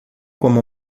como